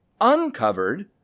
uncovered